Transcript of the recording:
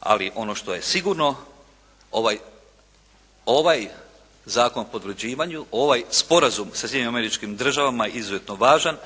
ali ono što je sigurno ovaj Zakon o potvrđivanju, ovaj sporazum sa Sjedinjenim Američkim Državama izuzetno važan.